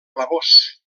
blavós